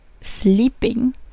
sleeping